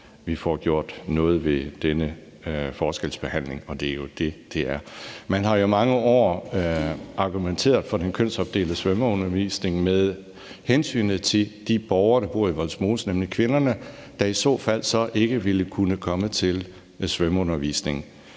vi får gjort noget ved denne forskelsbehandling, for det er jo det, det er. Man har i mange år argumenteret for den kønsopdelte svømmeundervisning med hensynet til en del af de borgere, der bor i Vollsmose, nemlig kvinderne, der i så fald ikke ville kunne komme til svømmeundervisning.